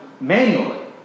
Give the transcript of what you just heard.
manually